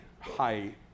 high